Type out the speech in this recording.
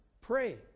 Pray